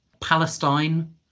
Palestine